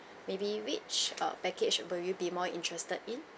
maybe which err package will you be more interested in